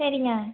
சரிங்க